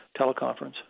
teleconference